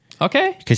Okay